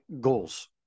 goals